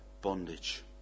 bondage